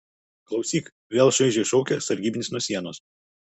klausyk vėl šaižiai šaukia sargybinis nuo sienos